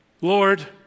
Lord